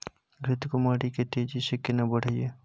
घृत कुमारी के तेजी से केना बढईये?